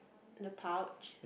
the pouch